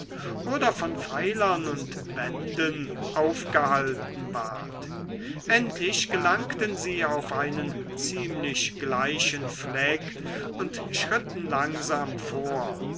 oder von pfeilern und wänden aufgehalten ward endlich gelangten sie auf einen ziemlich gleichen fleck und schritten langsam vor